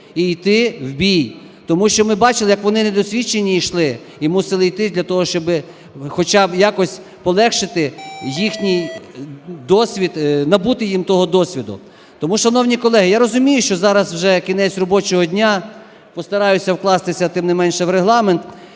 і йти в бій. Тому що м бачили як вони недосвідчені йшли і мусили йти для того, щоби хоча б якось полегшити їхній досвід, набути їм того досвіду. Тому, шановні колеги, я розумію, що зараз вже кінець робочого дня, постараюся вкластися, тим не менше, в регламент